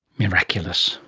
miraculous.